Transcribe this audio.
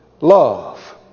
love